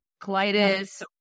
colitis